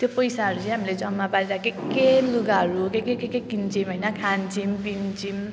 त्यो पैसाहरू चाहिँ हामीले जम्मा पारेर के के लुगाहरू के के के के किन्छौँ होइन खान्छौँ पिउँछौँ